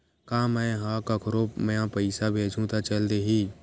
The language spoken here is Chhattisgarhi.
का मै ह कोखरो म पईसा भेजहु त चल देही?